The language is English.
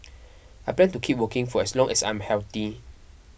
I plan to keep working for as long as I am healthy